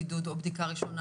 אם הבדיקה הראשונה